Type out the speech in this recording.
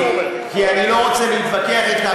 כי אני לא רוצה להתווכח אתך.